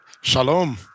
Shalom